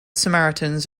samaritans